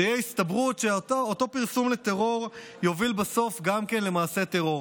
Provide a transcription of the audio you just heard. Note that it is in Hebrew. שתהיה הסתברות שאותו פרסום לטרור יוביל בסוף גם למעשה טרור.